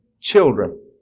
children